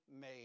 made